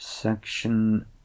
Section